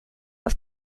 auf